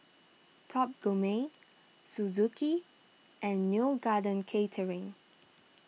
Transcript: Top Gourmet Suzuki and Neo Garden Catering